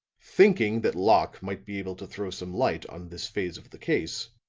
thinking that locke might be able to throw some light on this phase of the case,